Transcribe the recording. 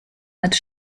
als